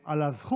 בעד,